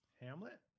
Hamlet